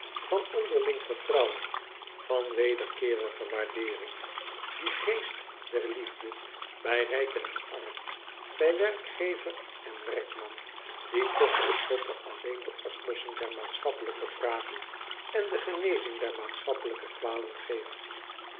van onderling vertrouwen van wederkeerige waardeering dien geest der l i e f d e bij rijken en armen bij werkgever en werkman die toch ten slotte alleen de oplossing der maatschappelijke vragen en de genezing der maatschappelijke kwalen geeft